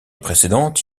précédente